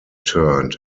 turned